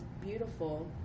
beautiful